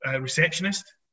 receptionist